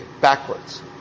backwards